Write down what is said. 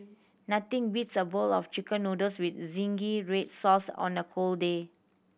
nothing beats a bowl of Chicken Noodles with zingy red sauce on a cold day